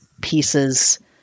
pieces